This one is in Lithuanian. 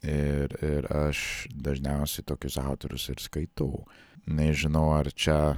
ir ir aš dažniausiai tokius autorius ir skaitau nežinau ar čia